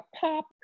pop